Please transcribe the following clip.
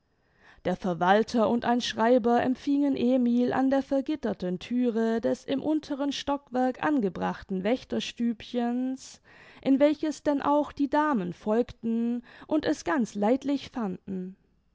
der verwalter und ein schreiber empfingen emil an der vergitterten thüre des im unteren stockwerk angebrachten wächterstübchens in welches denn auch die damen folgten und es ganz leidlich fanden